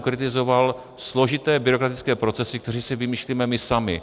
Kritizoval jsem složité byrokratické procesy, které si vymýšlíme my sami.